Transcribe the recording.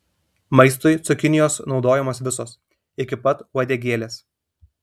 maistui cukinijos naudojamos visos iki pat uodegėlės